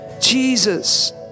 Jesus